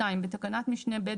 בתקנת משנה (ב),